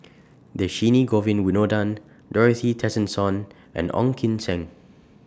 Dhershini Govin Winodan Dorothy Tessensohn and Ong Kim Seng